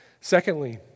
Secondly